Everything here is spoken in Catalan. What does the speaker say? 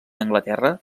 anglaterra